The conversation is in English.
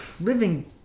living